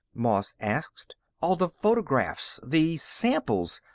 moss asked. all the photographs, the samples,